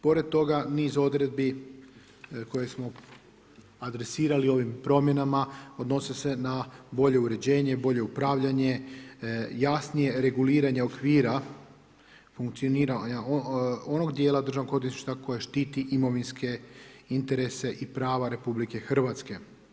Pored toga, niz odredbi koje smo adresirali ovim promjenama odnose se na bolje uređenje, bolje upravljanja, jasnije reguliranje okvira funkcioniranja onog dijela Državnog odvjetništva koje štiti imovinske interese i prava Republike Hrvatske.